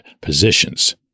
positions